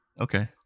Okay